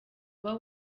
uba